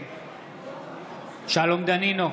נגד שלום דנינו,